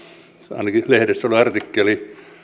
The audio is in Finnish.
ainakin lehdessä oli artikkeli